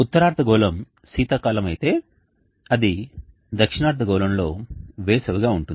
ఉత్తర అర్ధగోళం శీతాకాలం అయితే అది దక్షిణ అర్ధగోళంలో వేసవి గా ఉంటుంది